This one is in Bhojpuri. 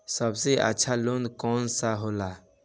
सबसे अच्छा लोन कौन सा होला?